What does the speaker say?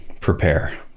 prepare